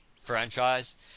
franchise